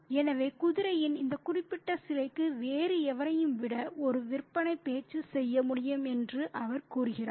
எனவே குதிரையின் இந்த குறிப்பிட்ட சிலைக்கு வேறு எவரையும் விட ஒரு விற்பனை பேச்சு செய்ய முடியும் என்றும் அவர் கூறுகிறார்